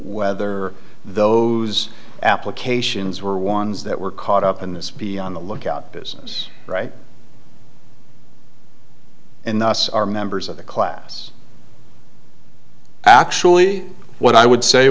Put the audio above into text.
whether those applications were ones that were caught up in this be on the lookout business right in the us are members of the class actually what i would say